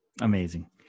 Amazing